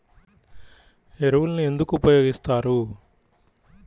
ఎరువులను ఎందుకు ఉపయోగిస్తారు?